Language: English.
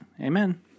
Amen